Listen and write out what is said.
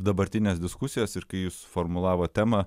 dabartines diskusijas ir kai jūs suformulavot temą